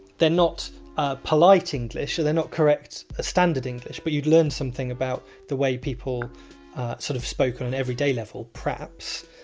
they're not ah polite english they're not correct ah standard english but you'd learn something about the way people sort of spoke on an and everyday level perhaps.